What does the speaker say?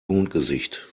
mondgesicht